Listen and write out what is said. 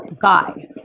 guy